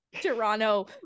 toronto